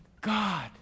God